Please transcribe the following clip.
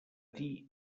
dir